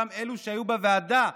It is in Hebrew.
גם אלו שהיו בוועדה,